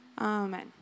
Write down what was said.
Amen